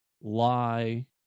lie